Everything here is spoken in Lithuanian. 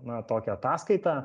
na tokią ataskaitą